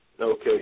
okay